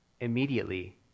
immediately